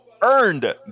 earned